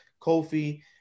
Kofi